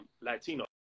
Latino